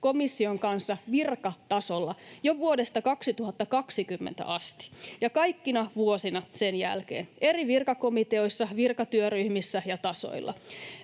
komission kanssa virkatasolla jo vuodesta 2020 asti ja kaikkina vuosina sen jälkeen eri virkakomiteoissa, virkatyöryhmissä ja tasoilla.